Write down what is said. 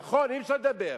נכון, אי-אפשר לדבר,